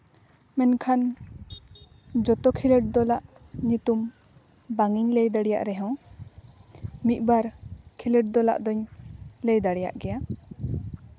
ᱢᱮᱱᱠᱷᱟᱱ ᱡᱚᱛᱚ ᱠᱷᱮᱞᱳᱰ ᱫᱚᱞᱟᱜ ᱧᱩᱛᱩᱢ ᱵᱟᱝ ᱤᱧ ᱞᱟᱹᱭ ᱫᱟᱲᱮᱭᱟᱜ ᱨᱮᱦᱚᱸ ᱢᱤᱫᱵᱟᱨ ᱠᱷᱮᱞᱳᱰ ᱫᱚᱞᱟᱜ ᱫᱚᱹᱧ ᱞᱟᱹᱭ ᱫᱟᱲᱮᱭᱟᱜ ᱜᱮᱭᱟ